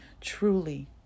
Truly